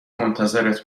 منتظرت